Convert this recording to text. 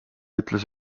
ütles